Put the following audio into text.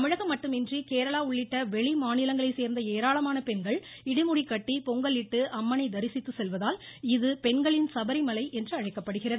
தமிழகம் மட்டுமன்றி கேரளா உள்ளிட்ட வெளி சேர்ந்த ஏராளமான பெண்கள் இருமுடி கட்டி பொங்கலிட்டு அம்மனை தரிசித்து செல்வதால் இது பெண்களின் சபரிமலை என்று அழைக்கப்படுகிறது